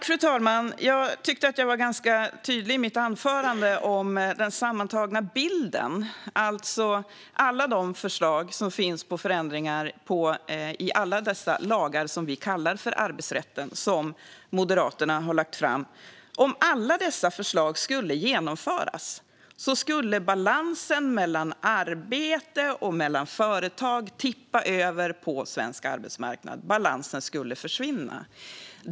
Fru talman! Jag tyckte att jag var ganska tydlig i mitt anförande med den sammantagna bilden. Om alla förslag på förändringar i alla dessa lagar som vi kallar arbetsrätten som Moderaterna har lagt fram skulle genomföras skulle balansen mellan arbete och företag tippa över på svensk arbetsmarknad. Balansen skulle försvinna.